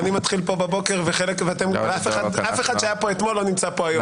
ואני מתחיל פה בבוקר ואף אחד מאלה שהיו פה אתמול לא נמצא פה היום,